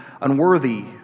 unworthy